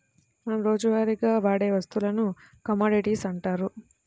మనం రోజువారీగా వాడే వస్తువులను కమోడిటీస్ అంటారు